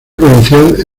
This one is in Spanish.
provincial